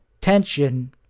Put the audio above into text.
tension